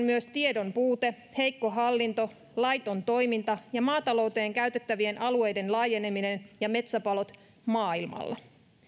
myös tiedonpuute heikko hallinto laiton toiminta ja maatalouteen käytettävien alueiden laajeneminen ja metsäpalot maailmalla